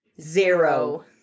Zero